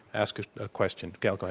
ask a ah question. gail, go